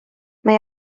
mae